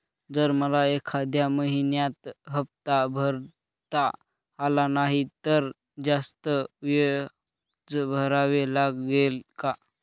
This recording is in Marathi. जर मला एखाद्या महिन्यात हफ्ता भरता आला नाही तर जास्त व्याज भरावे लागेल का?